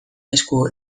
esku